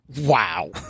Wow